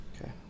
Okay